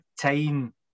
time